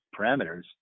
parameters